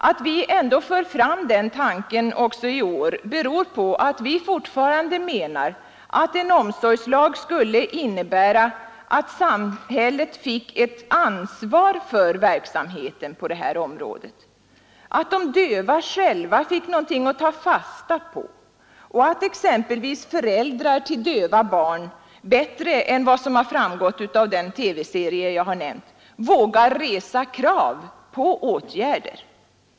Att vi ändå för fram den tanken även i år beror på att vi fortfarande menar, att en omsorgslag skulle innebära att samhället fick ett ansvar för verksamheten på det här området, att de döva själva får något att ta fasta på och att exempelvis föräldrar till döva barn bättre än vad som framgått av den nämnda TV-serien vågar resa krav på åtgärder.